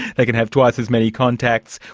they can have twice as many contacts.